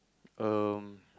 um